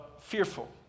fearful